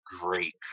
great